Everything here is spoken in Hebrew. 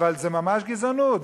אבל זה ממש גזענות.